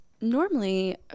Normally